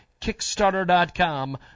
kickstarter.com